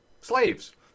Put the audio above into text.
slaves